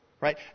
right